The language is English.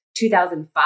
2005